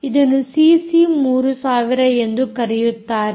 ಇದನ್ನು ಸಿಸಿ 3000 ಎಂದು ಕರೆಯುತ್ತಾರೆ